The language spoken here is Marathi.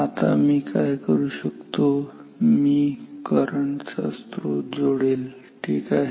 आता मी काय करू शकतो मी करंट चा स्त्रोत जोडेल ठीक आहे